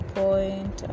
point